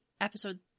episode